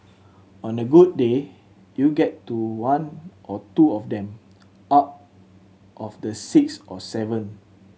on a good day you get to one or two of them out of the six or seven